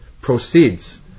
proceeds